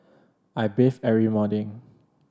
I bathe every morning